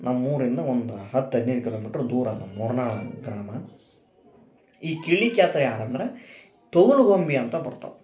ನಮ್ಮೂರಿಂದ ಒಂದು ಹತ್ತು ಹದ್ನೈದು ಕಿಲೋಮೀಟ್ರ್ ದೂರ ಅದ ಮೂರ್ನಾಳ ಗ್ರಾಮ ಈ ಕೀಳಿಕ್ಯಾತ ಯಾರಂದರ ತೊಗಲು ಗೊಂಬೆ ಅಂತ ಬರ್ತಾವು